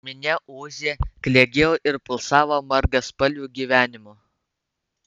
minia ūžė klegėjo ir pulsavo margaspalviu gyvenimu